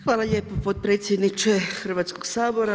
Hvala lijepo potpredsjedniče Hrvatskog sabora.